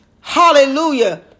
Hallelujah